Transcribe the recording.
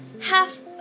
half